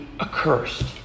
accursed